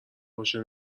باشه